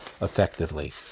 effectively